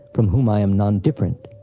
from whom i am nondifferent.